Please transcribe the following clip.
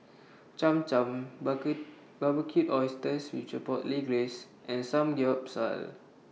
Cham Cham Barbecued Oysters with Chipotle Glaze and Samgeyopsal